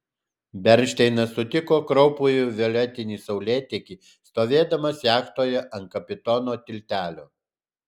bernšteinas sutiko kraupųjį violetinį saulėtekį stovėdamas jachtoje ant kapitono tiltelio